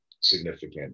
significant